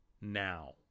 now